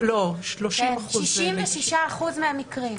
66% מהמקרים.